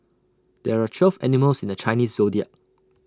there are twelve animals in the Chinese Zodiac